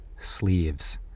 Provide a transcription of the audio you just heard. sleeves